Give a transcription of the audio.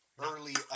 Early